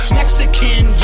Mexican